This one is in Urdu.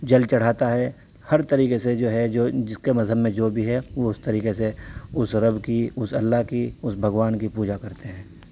جل چڑھاتا ہے ہر طریقے سے جو ہے جو جس کے مذہب میں جو بھی ہے وہ اس طریقے سے اس رب کی اس اللہ کی اس بھگوان کی پوجا کرتے ہیں